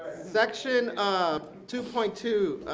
section um two point two,